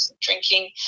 drinking